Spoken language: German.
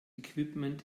equipment